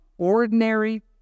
ordinary